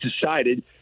decided –